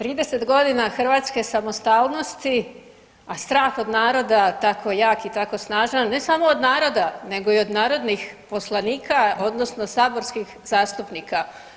30 godina hrvatske samostalnosti, a strah od naroda tako jak i tako snažan, ne samo od naroda, nego i od narodnih poslanika, odnosno saborskih zastupnika.